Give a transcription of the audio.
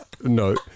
No